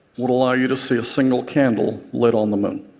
would allow you to see a single candle lit on the moon.